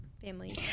family